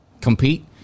compete